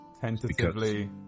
tentatively